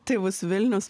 tai bus vilnius